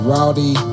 Rowdy